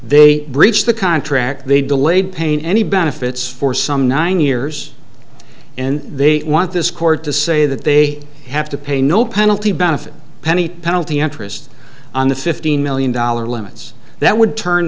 they breached the contract they delayed paying any benefits for some nine years and they want this court to say that they have to pay no penalty benefit penny penalty interest on the fifteen million dollar limits that would turn